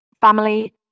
family